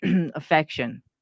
affection